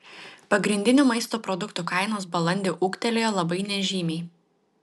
pagrindinių maisto produktų kainos balandį ūgtelėjo labai nežymiai